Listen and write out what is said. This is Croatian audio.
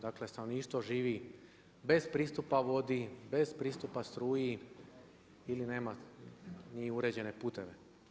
Dakle stanovništvo živi bez pristupa vodi, bez pristupa struji ili nema ni uređene puteve.